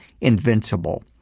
Invincible